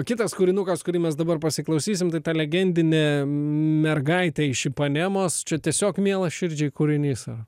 kitas kūrinukas kurį mes dabar pasiklausysim tai ta legendinė mergaitė iš ipanemos čia tiesiog mielas širdžiai kūrinys